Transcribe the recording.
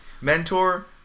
mentor